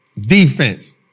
Defense